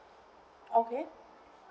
okay